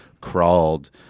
crawled